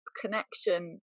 connection